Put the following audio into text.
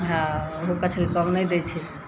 हाँ मछली कम नहि दै छै